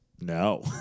No